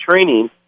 training